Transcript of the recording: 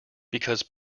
because